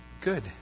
good